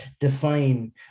define